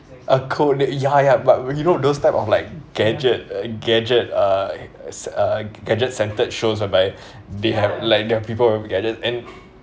a code that ya ya but you know those type of like gadget gadget uh ce~ gadget centred shows whereby they have like their people wear gadgets and